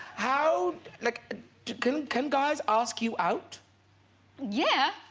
how like chicken can guys ask you out yeah